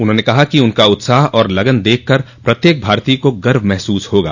उन्होंने कहा कि उनका उत्साह और लगन देख कर प्रत्येक भारतीय को गर्व महसूस होगा